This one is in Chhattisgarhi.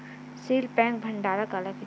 सील पैक भंडारण काला कइथे?